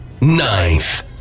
ninth